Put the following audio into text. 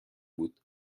بود